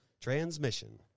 Transmission